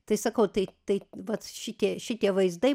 tai sakau tai tai vat šitie šitie vaizdai